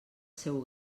seu